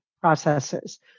processes